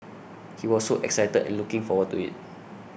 he was so excited and looking forward to it